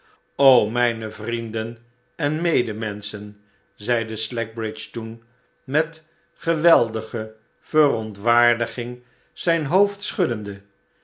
mijne vrienden en medemenschen zeide slackbridge toen met geweldige verontwaardiging zijn hoofd schuddende